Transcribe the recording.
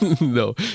No